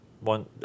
one